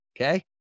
okay